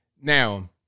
Now